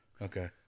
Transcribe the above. Okay